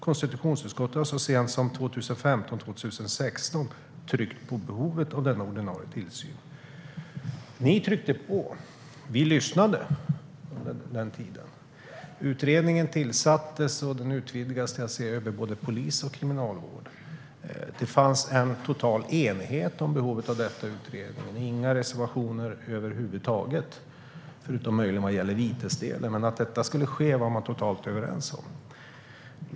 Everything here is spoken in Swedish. Konstitutionsutskottet tryckte så sent som 2015-2016 på behovet av denna ordinarie tillsyn. Ni tryckte på, och vi lyssnade under den tiden. Utredningen tillsattes och utvidgades till att se över både polis och kriminalvård. Det fanns en total enighet om behovet av detta i utredningen. Det fanns inga reservationer över huvud taget förutom möjligen när det gäller vitesdelen, men att detta skulle ske var man totalt överens om.